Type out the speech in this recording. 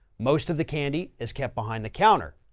most of the candy is kept behind the counter.